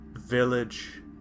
Village